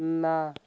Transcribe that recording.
ନା